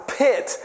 pit